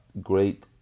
great